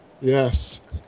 Yes